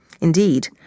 Indeed